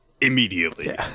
immediately